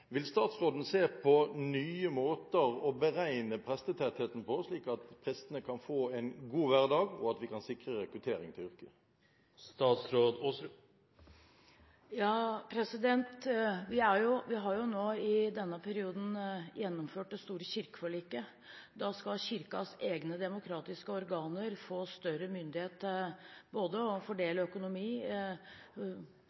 Vil statsråden se på nye måter å beregne prestetettheten på, slik at prestene kan få en god hverdag og vi kan sikre rekrutteringen til yrket? Vi har i denne perioden gjennomført det store kirkeforliket. Nå skal kirkens egne demokratiske organer få større myndighet til både å fordele